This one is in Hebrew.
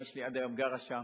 אמא שלי עד היום גרה שם.